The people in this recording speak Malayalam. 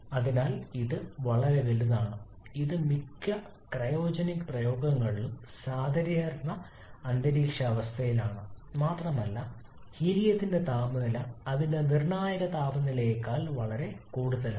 അതിനാൽ ഇത് വളരെ ചെറുതാണ് ഇത് മിക്ക ക്രയോജനിക് പ്രയോഗങ്ങളിലും സാധാരണ അന്തരീക്ഷാവസ്ഥയിലാണ് മാത്രമല്ല ഹീലിയത്തിന്റെ താപനില അതിന്റെ നിർണായക താപനിലയേക്കാൾ വളരെ കൂടുതലാണ്